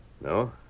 No